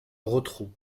rotrou